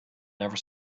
never